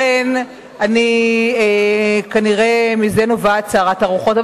לכן, כנראה מזה נובעת סערת הרוחות.